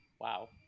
wow